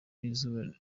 ibiza